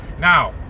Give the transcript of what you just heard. Now